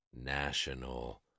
National